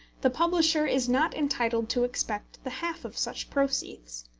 the publisher is not entitled to expect the half of such proceeds.